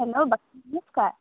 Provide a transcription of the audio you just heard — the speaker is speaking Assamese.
হেল্ল' নমস্কাৰ